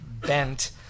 bent